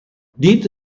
dead